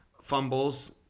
Fumbles